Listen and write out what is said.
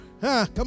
come